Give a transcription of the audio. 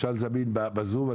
ממשל זמין בזום.